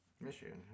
Michigan